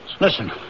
Listen